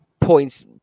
Points